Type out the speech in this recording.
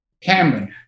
cameron